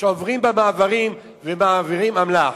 שעוברים במעברים ומעבירים אמל"ח.